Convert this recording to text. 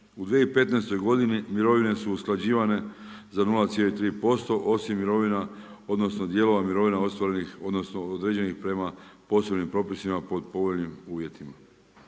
U 2015.godini mirovine su usklađivane za 0,3% osim mirovina, odnosno dijelova mirovina ostvarenih, određenih prema posebnim propisima pod povoljnim uvjetima.